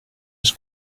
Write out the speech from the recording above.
was